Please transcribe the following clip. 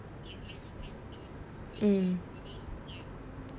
mm